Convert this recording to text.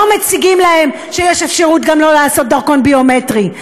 לא אומרים להם שיש אפשרות שלא לעשות דרכון ביומטרי.